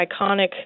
iconic